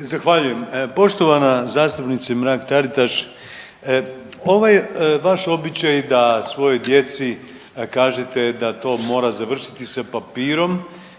Zahvaljujem. Poštovana zastupnice Mrak-Taritaš, ovaj vaš običaj da svojoj djeci kažete da to mora završiti sa papirom,